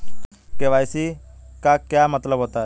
KYC का क्या मतलब होता है?